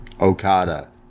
Okada